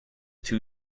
too